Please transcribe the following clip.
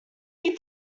you